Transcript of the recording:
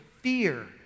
fear